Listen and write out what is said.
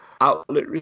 outlet